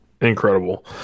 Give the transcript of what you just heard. Incredible